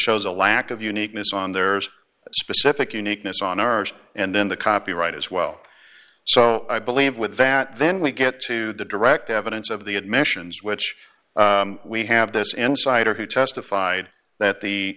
shows a lack of uniqueness on there's a specific uniqueness on ours and then the copyright as well so i believe with that then we get to the direct evidence of the admissions which we have this insider who testified that the